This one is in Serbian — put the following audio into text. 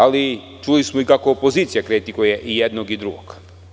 Ali, čuli smo i kako opozicija kritikuje i jednog i drugog.